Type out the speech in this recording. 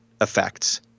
effects